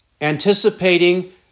anticipating